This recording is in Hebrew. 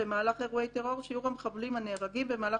במהלך אירועי טרור שיעור המחבלים הנהרגים במהלך